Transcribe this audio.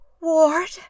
ward